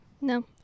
No